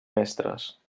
mestres